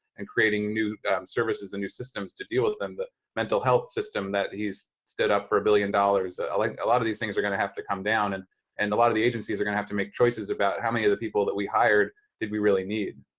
and creating new services and new systems to deal with them. the mental health system that he's stood up for a billion dollars, like a lot of these things are going to have to come down and and a lot of the agencies are going to have to make choices about how many of the people that we hired did we really need.